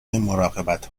مراقبت